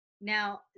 Now